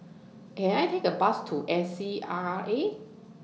Can I Take A Bus to A C R A